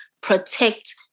protect